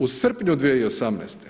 U srpnju 2018.